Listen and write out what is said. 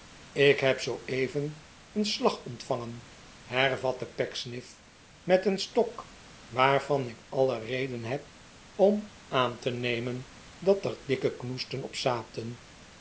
ik heb zooeven een slag ontvangen hervatte pecksniff r met een stok waarvan ik alle reden heb om aan te nemen dat er dikke knoesten op zaten